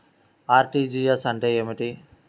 RTGS అంటే ఏమిటి?